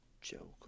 joke